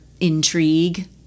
intrigue